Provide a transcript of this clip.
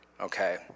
okay